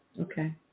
Okay